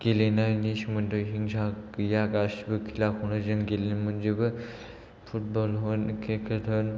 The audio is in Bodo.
गेलेनायनि सोमोन्दै हिंसा गैया गासिबो खेलाखौनो जों गेलेनो मोनजोबो फुटबल होन क्रिकेट होन